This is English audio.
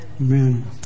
Amen